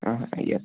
അ വയ്യ